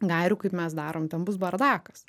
gairių kaip mes darom ten bus bardakas